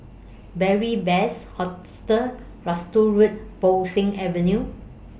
Beary Best Hostel Road Bo Seng Avenue